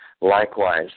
likewise